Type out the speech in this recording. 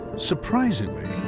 surprisingly,